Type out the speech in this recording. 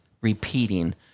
repeating